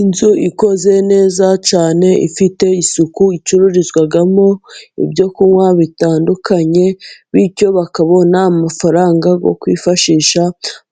Inzu ikoze neza cyane ifite isuku, icururizwamo ibyo kunywa bitandukanye, bityo bakabona amafaranga yo kwifashisha